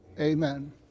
Amen